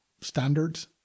standards